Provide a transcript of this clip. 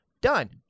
done